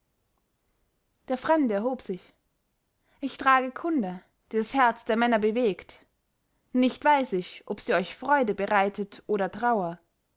der fremde erhob sich ich trage kunde die das herz der männer bewegt nicht weiß ich ob sie euch freude bereitet oder trauer